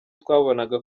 twabonaga